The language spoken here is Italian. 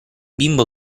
bimbo